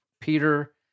Peter